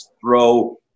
throw